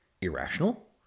irrational